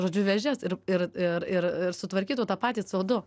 žodžiu vėžes ir ir ir ir sutvarkytų tą patį co du